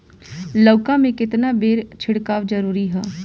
लउका में केतना बेर छिड़काव जरूरी ह?